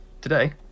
Today